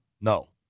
No